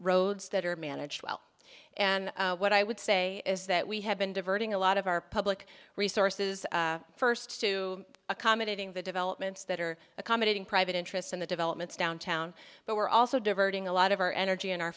roads that are managed well and what i would say is that we have been diverting a lot of our public resources first to accommodating the developments that are accommodating private interests in the developments downtown but we're also diverting a lot of our energy and our